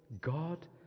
God